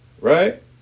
Right